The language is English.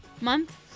month